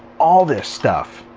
all this stuff.